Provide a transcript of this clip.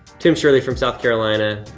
tim shirley from south carolina.